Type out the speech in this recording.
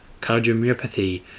cardiomyopathy